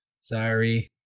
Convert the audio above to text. Sorry